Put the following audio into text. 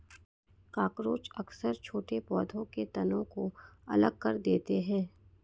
cockroach अक्सर छोटे पौधों के तनों को अलग कर देते हैं